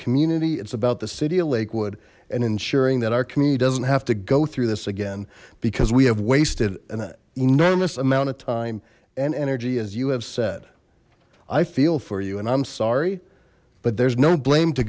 community it's about the city of lakewood and ensuring that our community doesn't have to go through this again because we have wasted an enormous amount of time and energy as you have said i feel for you and i'm sorry but there's no blame to